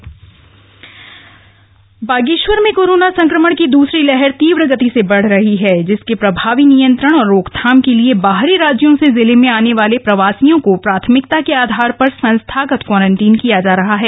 Bageshwar corona Bageshwar में corona संक्रमण की दूसरी लहर तीव्र गति से बढ रही है जिसके प्रभावी नियंत्रण और रोकथाम के लिए बाहरी राज्यों से जिले में आने वाले प्रवासियों को प्राथमिकता के आधार पर संस्थागत क्वारंटीन किया जा रहा है